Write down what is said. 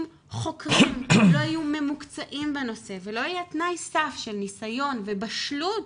אם חוקרים לא יהיו ממוקצעים בנושא ולא יהיה תנאי סף של ניסיון ובשלות,